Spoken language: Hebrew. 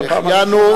"שהחיינו"?